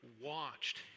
watched